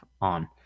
on